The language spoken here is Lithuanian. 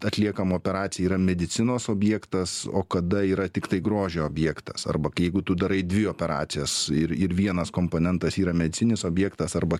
atliekama operacija yra medicinos objektas o kada yra tiktai grožio objektas arba jeigu tu darai dvi operacijas ir ir vienas komponentas yra medicininis objektas arba